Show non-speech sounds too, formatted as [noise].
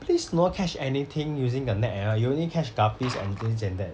please do not catch anything using a net [noise] you only catch guppies and this and that